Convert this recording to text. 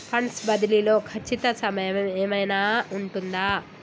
Funds బదిలీ లో ఖచ్చిత సమయం ఏమైనా ఉంటుందా?